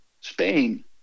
Spain